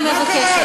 מה קרה?